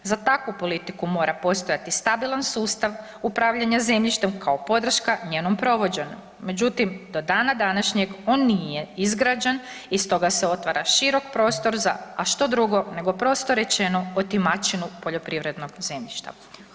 Za takvu politiku mora postojati stabilan sustav upravljanja zemljištem kao podrška njenom provođenju međutim do dana današnjeg on nije izgrađen i stoga se otvara širok prostor za a što drugo nego prosto rečeno otimačinu poljoprivrednog zemljišta.